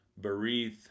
Barith